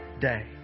day